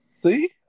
See